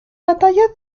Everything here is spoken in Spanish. batallas